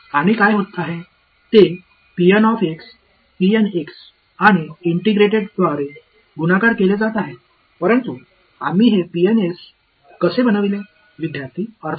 மேலும் என்ன நடக்கிறது என்றால் P N x ஆல் பெருக்கப்பட்டு ஒருங்கிணைக்கப்படுகிறது ஆனால் 's ஐ எவ்வாறு உருவாக்கினோம்